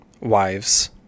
wives